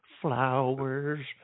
flowers